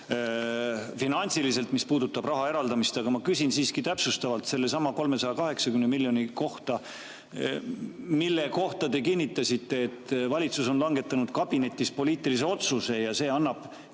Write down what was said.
finantsiliselt, mis puudutab raha eraldamist. Aga ma küsin siiski täpsustavalt sellesama 380 miljoni kohta, mille kohta te kinnitasite, et valitsus on langetanud kabinetis poliitilise otsuse ja see annab